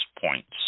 points